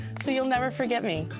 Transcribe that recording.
so you'll never forget me.